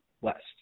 west